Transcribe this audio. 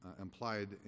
implied